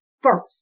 first